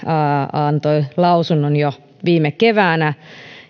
antoi lausunnon jo viime keväänä